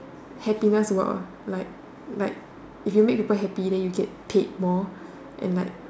happiness were like like if you make people happy then you get paid more and like